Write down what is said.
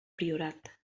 priorat